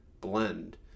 blend